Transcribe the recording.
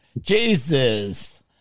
Jesus